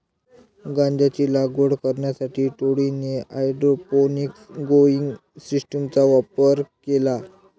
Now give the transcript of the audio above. गांजाची लागवड करण्यासाठी टोळीने हायड्रोपोनिक्स ग्रोइंग सिस्टीमचा वापर केला